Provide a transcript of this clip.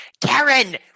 Karen